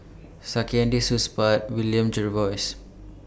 Saktiandi Supaat William Jervois